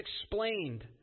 explained